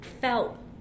felt